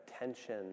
attention